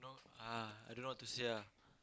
no uh I don't know what to say ah